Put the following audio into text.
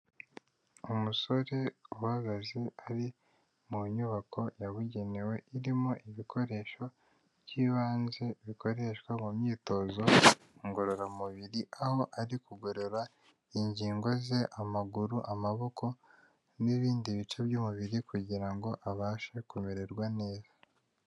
Umusore uhagaze, ari mu nyubako yabugenewe irimo ibikoresho by'ibanze bikoreshwa mu myitozo ngororamubiri, aho ari kugororera ingingo ze, amaguru, amaboko n'ibindi bice by'umubiri kugirango ngo abashe kumererwa neza.